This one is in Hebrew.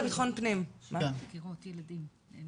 שמי עורך דין גיל דיין, אני